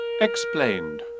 Explained